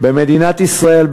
במדינת ישראל,